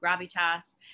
Gravitas